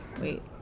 Wait